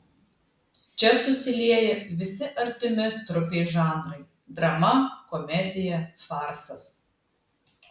čia susilieja visi artimi trupei žanrai drama komedija farsas